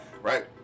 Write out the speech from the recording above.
right